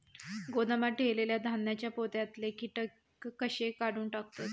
गोदामात ठेयलेल्या धान्यांच्या पोत्यातले कीटक कशे काढून टाकतत?